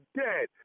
dead